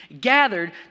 gathered